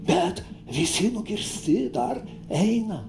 bet visi nukirsti dar eina